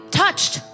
touched